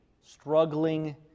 struggling